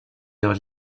leurs